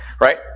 right